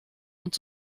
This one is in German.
und